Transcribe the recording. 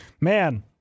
man